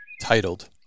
titled